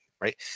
Right